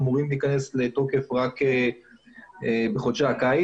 אמורים להיכנס לתוקף רק בחודשי הקיץ.